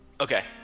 Okay